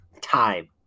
time